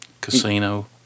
Casino